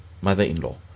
mother-in-law